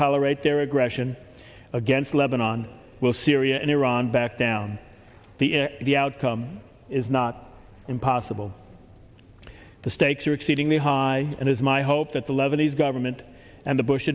tolerate their aggression against lebanon will syria and iran back down the air the outcome is not impossible the stakes are exceedingly high and it's my hope that the lebanese government and the bush